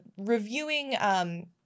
reviewing